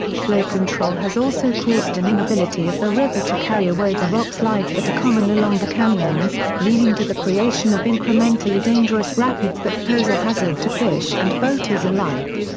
flow control has also caused an inability of the river to carry away the rockslides that are common along the canyons, leading to the creation of incrementally dangerous rapids that pose a hazard to fish and boaters alike.